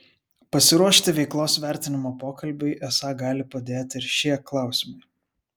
pasiruošti veiklos vertinimo pokalbiui esą gali padėti ir šie klausimai